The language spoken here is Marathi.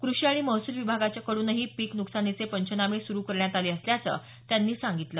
कृषी आणि महसूल विभागाकडूनही पीक नुकसानीचे पंचनामे सुरू करण्यात आले असल्याचं त्यांनी सांगितलं